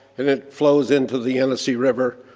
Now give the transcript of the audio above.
and it flows into the yenisei river,